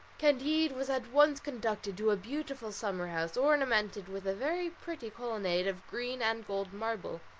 candide was at once conducted to a beautiful summer-house, ornamented with a very pretty colonnade of green and gold marble,